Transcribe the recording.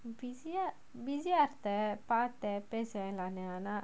busy ah busy ah இருந்தபாத்தேன்பேசவேணாம்னு:irundha paathen pesa venamnu